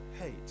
hate